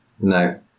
No